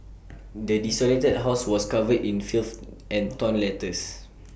the desolated house was covered in filth and torn letters